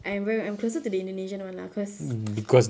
I'm ver~ I'm closer to the indonesian [one] lah because